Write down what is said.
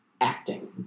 acting